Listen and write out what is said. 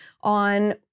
on